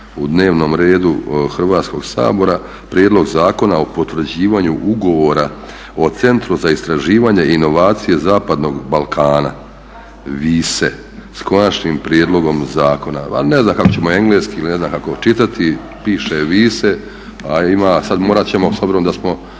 u dnevnom redu Hrvatskog sabora prijedlog Zakona o potvrđivanju Ugovora o Centru za istraživanje i inovacije zapadnog Balkana – WISE, s konačnim prijedlogom zakona. A ne znam kako ćemo engleski ili ne znam kako čitati, piše WISE a ima, sad morat ćemo s obzirom da smo